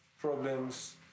problems